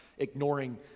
ignoring